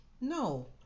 no